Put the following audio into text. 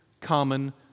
common